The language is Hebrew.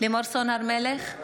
לימור סון הר מלך,